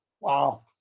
Wow